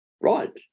Right